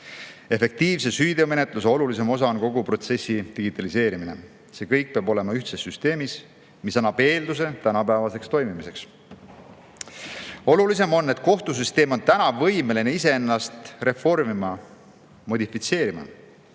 Efektiivse süüteomenetluse olulisim [eeldus] on kogu protsessi digitaliseerimine. See kõik peab olema ühtses süsteemis, mis annab aluse tänapäevaseks toimimiseks. Oluline on, et kohtusüsteem on võimeline ise ennast reformima, modifitseerima.